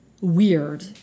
weird